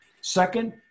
Second